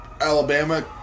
Alabama